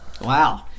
Wow